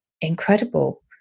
incredible